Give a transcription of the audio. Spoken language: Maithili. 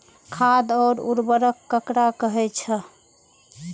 खाद और उर्वरक ककरा कहे छः?